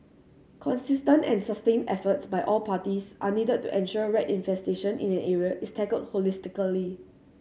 consistent and sustained efforts by all parties are needed to ensure rat infestation in an area is tackled holistically